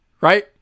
Right